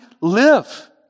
live